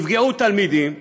נפגעו תלמידים,